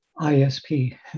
ISP